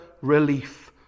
relief